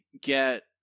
get